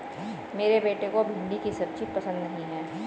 मेरे बेटे को भिंडी की सब्जी पसंद नहीं है